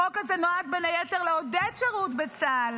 החוק הזה נועד בין היתר לעודד שירות בצה"ל,